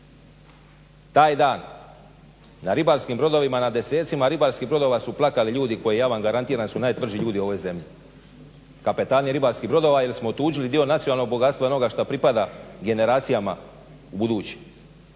Taj dan na ribarskim brodovima na desecima ribarskiH brodovima su plakali ljudi koji ja vam garantiram su najtvrđi ljudi u ovoj zemlji. Kapetani ribarskih brodova jer smo otuđili nacionalnog bogatstva i onoga što pripada generacijama budućim.